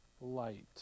light